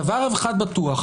דבר אחד בטוח.